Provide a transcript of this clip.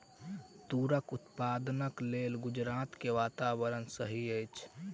तूरक उत्पादनक लेल गुजरात के वातावरण सही अछि